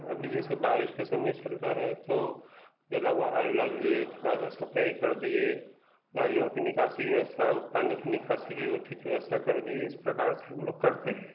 अभी जैसे बारिश का समय चल रहा है तो जला हुआ ऑयल डाल दिए थोड़ा सा सफाई कर दिए नालियों के निकासी व्यवस्था पानी के निकासी की उचित व्यवस्था कर दिए इस प्रकार से हम लोग करते हैं